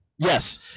Yes